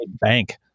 bank